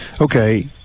okay